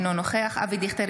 אינו נוכח אבי דיכטר,